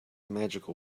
magical